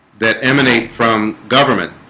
that emanate from government